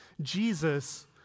Jesus